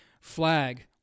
flag